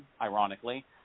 ironically